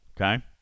Okay